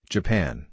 Japan